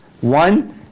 One